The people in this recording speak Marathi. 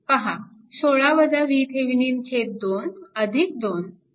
पहा 2 2 VThevenin 6